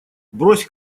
брось